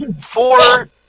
four